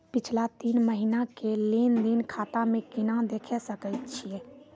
पिछला तीन महिना के लेंन देंन खाता मे केना देखे सकय छियै?